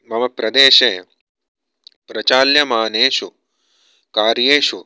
मम प्रदेशे प्रचाल्यमानेषु कार्येषु